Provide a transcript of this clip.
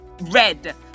red